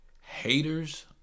haters